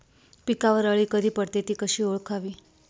पिकावर अळी कधी पडते, ति कशी ओळखावी?